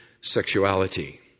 sexuality